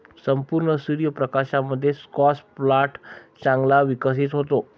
संपूर्ण सूर्य प्रकाशामध्ये स्क्वॅश प्लांट चांगला विकसित होतो